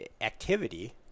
activity